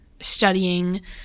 studying